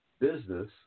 business